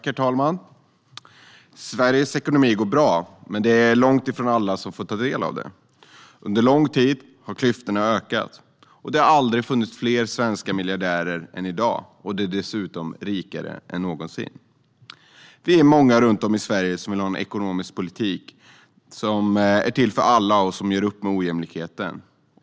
Herr talman! Sveriges ekonomi går bra, men det är långt ifrån alla som får ta del av det. Under lång tid har klyftorna ökat. Det har aldrig funnits fler svenska miljardärer än i dag, och de är dessutom rikare än någonsin. Vi är många runt om i Sverige som vill ha en ekonomisk politik som är till för alla och som gör upp med ojämlikheten.